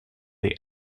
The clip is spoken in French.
des